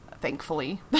Thankfully